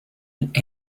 and